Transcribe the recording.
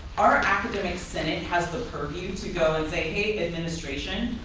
our academic senate has the purview to go and say hey, administration,